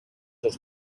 dos